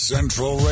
Central